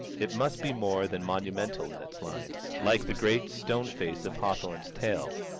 it must be more than monumental in its lines, like the great stone face of hawthorne's tale.